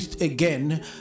again